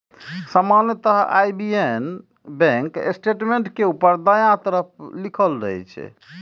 सामान्यतः IBAN bank statement के ऊपर दायां तरफ लिखल रहै छै